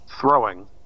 throwing